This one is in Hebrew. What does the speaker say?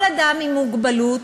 כל אדם עם מוגבלות